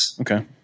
Okay